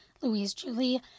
Louise-Julie